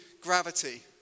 gravity